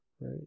Right